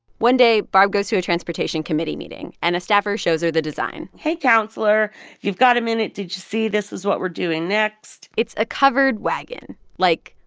one day, barb goes to a transportation committee meeting, and a staffer shows her the design hey, counselor. if you've got a minute, did you see this is what we're doing next? it's a covered wagon like,